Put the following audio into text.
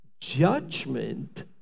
judgment